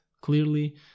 clearly